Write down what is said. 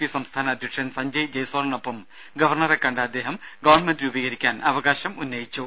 P സംസ്ഥാന അധ്യക്ഷൻ സഞ്ജയ് ജയ്സ്വാളിനൊപ്പം ഗവർണറെ കണ്ട അദ്ദേഹം ഗവൺമെന്റ് രൂപീകരിക്കാൻ അവകാശം ഉന്നയിച്ചു